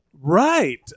Right